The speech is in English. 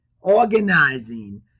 organizing